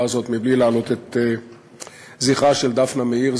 הזאת בלי להעלות את זכרה של דפנה מאיר,